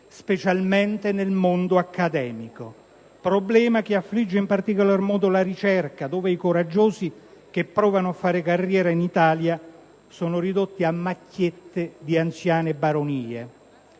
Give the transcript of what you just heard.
specialmente nel mondo accademico. Tale problema affligge in particolar modo la ricerca, dove i coraggiosi che provano a fare carriera in Italia sono ridotti a macchiette di anziane baronie.